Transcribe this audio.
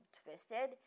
twisted